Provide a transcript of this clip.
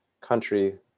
country